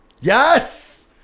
Yes